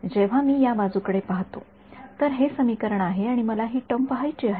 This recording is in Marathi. जेव्हा मी या बाजुकडे पाहतो तर हे समीकरण आहे आणि मला हि टर्म पहायची आहे